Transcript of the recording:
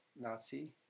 Nazi